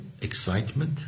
excitement